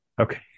Okay